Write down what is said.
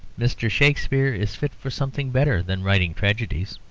mr. shakespeare is fit for something better than writing tragedies'?